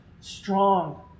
strong